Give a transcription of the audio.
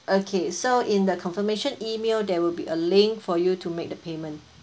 okay so in the confirmation email there will be a link for you to make the payment